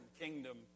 kingdom